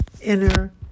inner